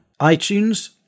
iTunes